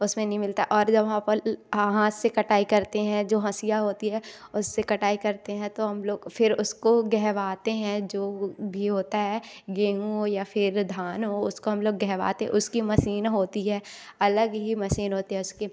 उसमें नी मिलता और जब वहाँ पल हाथ से कटाई करते हैं जो हँसिया क्या होती है उससे कटाई करते हैं तो हम लोग फिर उसको गहवाते हैं जो भी होता है गेहूँ या फिर धान हो उसको हम लोग गहवाते उसकी मसीन होती है अलग ही मसीन होती है उसकी